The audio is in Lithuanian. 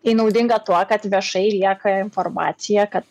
ji naudinga tuo kad viešai lieka informacija kad